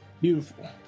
beautiful